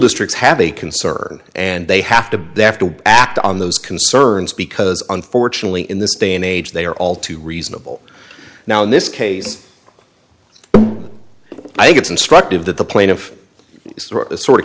districts have a concern and they have to they have to act on those concerns because on fortunately in this day and age they are all too reasonable now in this case i think it's instructive that the plaintiff is sort of